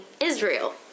Israel